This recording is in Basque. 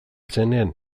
zenean